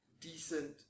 decent